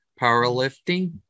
powerlifting